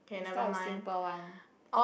we start with simple one